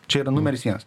čia yra numeris vienas